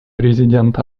президент